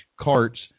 Carts